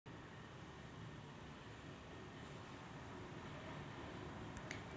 कापूस वेचक हे एक कापूस वेचणारे यंत्र आहे